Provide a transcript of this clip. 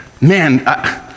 man